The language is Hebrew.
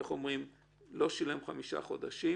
לא שילם חמישה חודשים